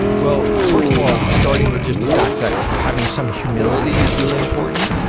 well, first of all, starting with just the fact that having some humility is really important.